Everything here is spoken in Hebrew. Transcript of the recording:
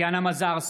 בהצבעה טטיאנה מזרסקי,